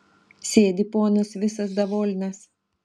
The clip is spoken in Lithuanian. sėdi ponas visas davolnas